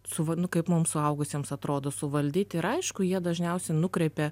su va nu kaip mum suaugusiems atrodo suvaldyt ir aišku jie dažniausia nukreipia